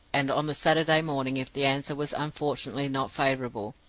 and on the saturday morning if the answer was unfortunately not favorable,